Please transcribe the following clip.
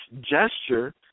gesture